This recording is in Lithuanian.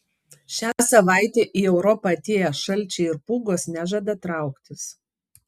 šią savaitę į europą atėję šalčiai ir pūgos nežada trauktis